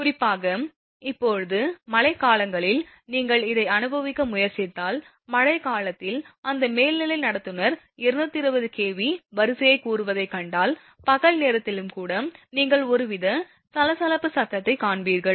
குறிப்பாக இப்போது மழைக்காலத்தில் நீங்கள் இதை அனுபவிக்க முயற்சித்தால் மழைக்காலத்தில் அந்த மேல்நிலை நடத்துனர் 220 kV வரிசையைக் கூறுவதைக் கண்டால் பகல் நேரத்திலும் கூட நீங்கள் ஒருவித சலசலப்பு சத்தத்தைக் காண்பீர்கள்